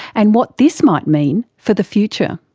and what this might mean for the future.